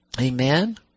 Amen